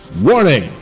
WARNING